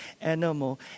animal